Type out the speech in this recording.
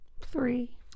Three